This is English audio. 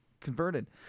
converted